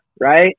right